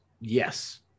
Yes